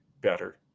better